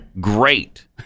great